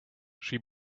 she